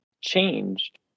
changed